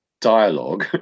dialogue